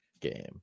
game